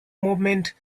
movement